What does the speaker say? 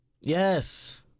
Yes